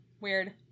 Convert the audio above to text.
weird